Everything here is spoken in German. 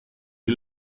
die